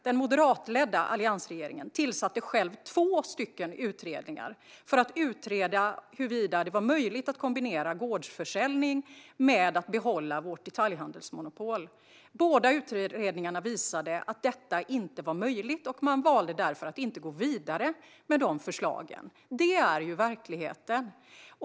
Den moderatledda alliansregeringen tillsatte själv två stycken utredningar för att utreda huruvida det var möjligt att kombinera gårdsförsäljning med att behålla vårt detaljhandelsmonopol. Båda utredningarna visade att detta inte var möjligt, och man valde därför att inte gå vidare med förslagen. Det är verkligheten.